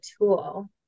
tool